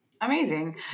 Amazing